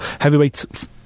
Heavyweight